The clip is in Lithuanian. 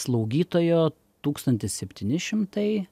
slaugytojo tūkstantis septyni šimtai